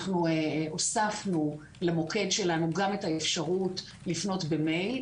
אנחנו הוספנו למוקד שלנו גם את האפשרות לפנות במייל,